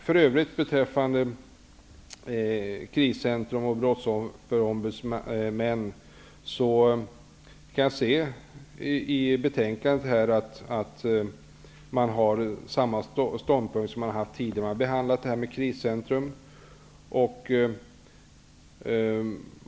För övrigt beträffande detta med kriscentrum och en brottsofferombudsman framgår det av betänkandet att ståndpunkten är densamma som tidigare när frågan om kriscentrum behandlats.